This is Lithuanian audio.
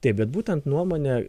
taip bet būtent nuomonę